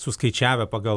suskaičiavę pagal